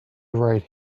right